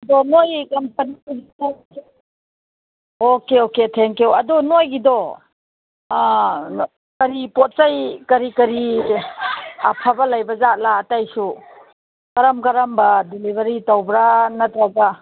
ꯑꯗꯣ ꯅꯣꯏ okay okay thank you ꯑꯗꯣ ꯅꯣꯏꯒꯤꯗꯣ ꯀꯔꯤ ꯄꯣꯠ ꯆꯩ ꯀꯔꯤ ꯀꯔꯤ ꯑꯐꯕ ꯂꯩꯕꯖꯥꯠꯂ ꯑꯇꯩꯁꯨ ꯀꯔꯝ ꯀꯔꯝꯕ ꯗꯤꯂꯤꯕꯔꯤ ꯇꯧꯕ꯭ꯔ ꯅꯠꯇ꯭ꯔꯒ